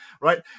Right